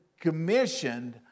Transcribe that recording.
commissioned